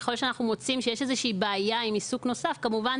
ככל שאנחנו מוצאים שיש איזו שהיא בעיה עם עיסוק נוסף כמובן